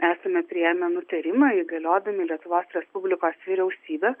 esame priėmę nutarimą įgaliodami lietuvos respublikos vyriausybę